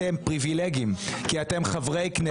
אתם פריבילגים כי אתם חברי כנסת.